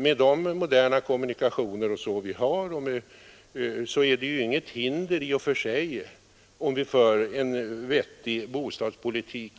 Med de moderna kommunikationer som finns i dag och om vi för en vettig bostadspolitik